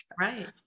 Right